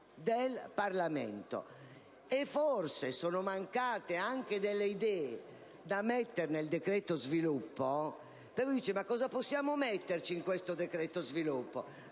del Parlamento; e forse sono mancate anche delle idee da mettere nel "decreto sviluppo". Ci si sarà allora chiesti: cosa possiamo metterci in questo "decreto sviluppo"?